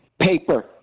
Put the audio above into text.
Paper